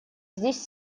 здесь